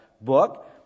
book